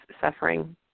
suffering